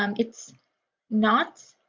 um it's not.